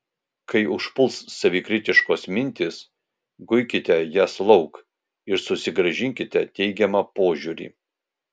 kai užpuls savikritiškos mintys guikite jas lauk ir susigrąžinkite teigiamą požiūrį